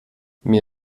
mir